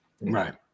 right